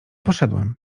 poszedłem